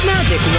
Magic